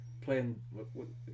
playing